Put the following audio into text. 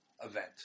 event